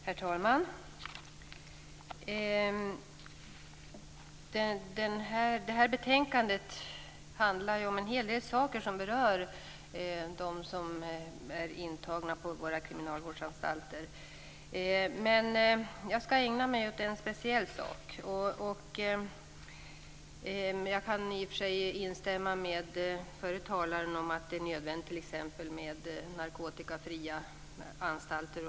Herr talman! Detta betänkande handlar om en hel del saker som berör intagna på våra kriminalvårdsanstalter men jag skall ägna mig åt en speciell sak. I och för sig kan jag instämma med föregående talare; det är nödvändigt t.ex. med narkotikafria anstalter.